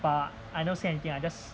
but I never say anything I just